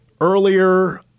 earlier